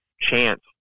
chance